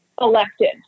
elected